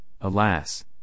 alas